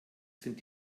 sind